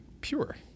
pure